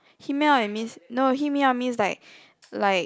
hit me up it means no hit me up means like like